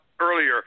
earlier